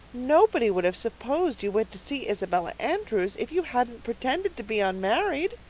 nobody would have supposed you went to see isabella andrews if you hadn't pretended to be unmarried,